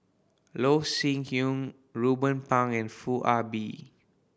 Loh Sin Yun Ruben Pang and Foo Ah Bee